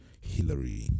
Hillary